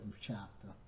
chapter